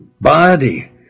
body